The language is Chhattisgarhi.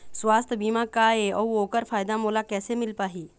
सुवास्थ बीमा का ए अउ ओकर फायदा मोला कैसे मिल पाही?